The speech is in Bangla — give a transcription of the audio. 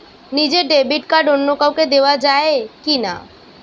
নিজের ডেবিট কার্ড অন্য কাউকে দেওয়া যায় কি না?